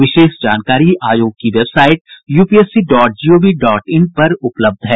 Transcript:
विशेष जानकारी आयोग की website UPSC dot gov dot in पर उपलब्ध है